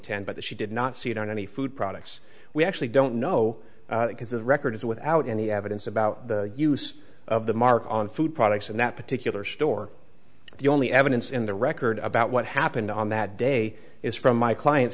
that she did not see it on any food products we actually don't know because the record is without any evidence about the use of the mark on food and that particular store the only evidence in the record about what happened on that day is from my client